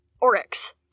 oryx